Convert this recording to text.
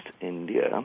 India